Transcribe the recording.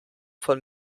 von